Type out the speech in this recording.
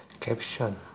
caption